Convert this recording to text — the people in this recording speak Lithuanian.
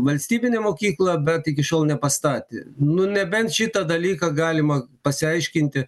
valstybinę mokyklą bet iki šiol nepastatė nu nebent šitą dalyką galima pasiaiškinti